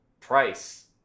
Price